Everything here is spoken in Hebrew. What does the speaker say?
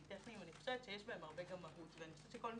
טכניים אני חושבת שיש בהן הרבה מהות ואני חושבת שכל מי